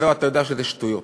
אתה יודע שזה שטויות.